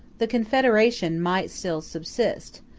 the confederation might still subsist,